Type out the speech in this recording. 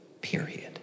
period